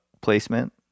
placement